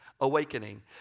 awakening